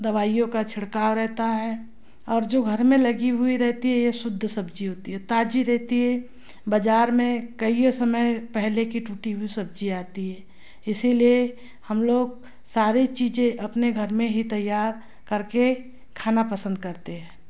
दवाइयों का छिड़काव रहता है और जो घर में लगी हुई रहती है यह शुद्ध सब्ज़ी होती है ताज़ी रहती है बाज़ार में कइयों समय पहले की टूटी हुई सब्ज़ियाँ आती है इसलिए हम लोग सारे चीज़ें अपने घर में ही तैयार करके खाना पसंद करते हैं